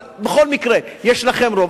אבל בכל מקרה יש לכם רוב,